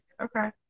Okay